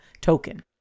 token